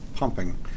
pumping